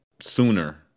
sooner